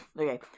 okay